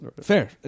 Fair